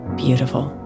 beautiful